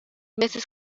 meses